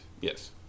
Yes